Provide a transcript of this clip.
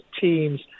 teams